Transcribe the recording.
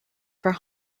for